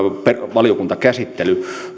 valiokuntakäsittely